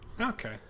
okay